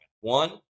one